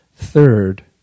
Third